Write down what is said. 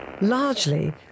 largely